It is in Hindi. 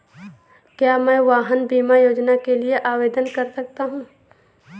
क्या मैं वाहन बीमा योजना के लिए आवेदन कर सकता हूँ?